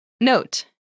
Note